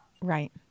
Right